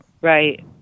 Right